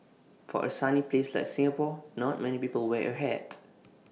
for A sunny place like Singapore not many people wear A hat